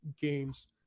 games